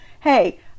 Hey